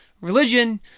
religion